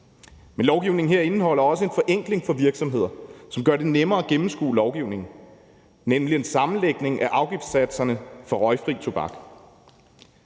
Men lovgivningen her indeholder også en forenkling for virksomheder, som gør det nemmere at gennemskue lovgivningen, nemlig en sammenlægning af afgiftssatserne for røgfri tobak.